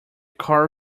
car